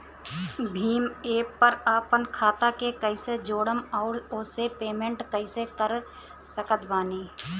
Bhim app पर आपन खाता के कईसे जोड़म आउर ओसे पेमेंट कईसे कर सकत बानी?